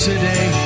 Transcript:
Today